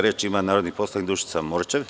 Reč ima narodni poslanik Dušica Morčev.